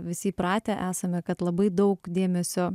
visi įpratę esame kad labai daug dėmesio